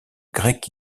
grec